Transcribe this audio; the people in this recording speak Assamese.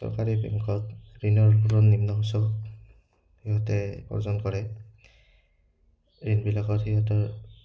চৰকাৰী বেংকত ঋণৰ পূৰণ নিম্ন সুচক সিহঁতে অৰ্জন কৰে ঋণবিলাকত সিহঁতৰ